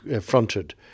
fronted